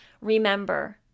remember